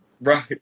right